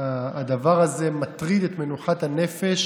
הדבר הזה מטריד את מנוחת הנפש